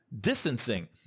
distancing